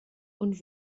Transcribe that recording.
und